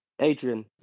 Adrian